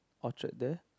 Orchard there